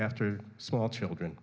after small children